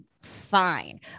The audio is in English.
fine